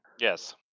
Yes